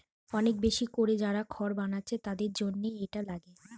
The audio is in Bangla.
অনেক বেশি কোরে যারা খড় বানাচ্ছে তাদের জন্যে এটা লাগে